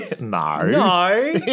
No